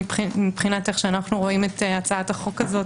מבחינת איך שאנו רואים את הצעת החוק הזו,